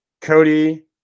Cody